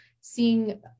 seeing